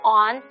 on